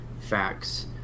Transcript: facts